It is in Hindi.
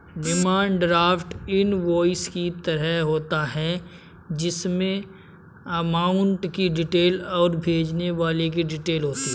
डिमांड ड्राफ्ट इनवॉइस की तरह होता है जिसमे अमाउंट की डिटेल और भेजने वाले की डिटेल होती है